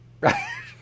Right